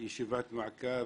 ישיבת מעקב